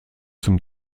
zum